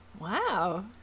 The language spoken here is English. Wow